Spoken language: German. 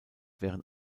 während